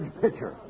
Pitcher